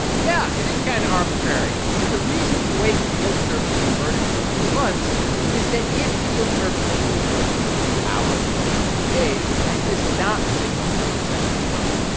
ah yeah. it is kind of arbitrary. but the reason to wait for the yield curve to be inverted for three months is that if the yield curve only inverts for a few hours or for a few days, that does not signal that a recession is coming.